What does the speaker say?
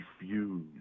refuse